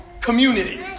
Community